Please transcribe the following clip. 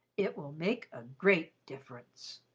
it will make a great difference.